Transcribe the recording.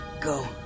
Go